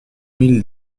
mille